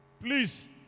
Please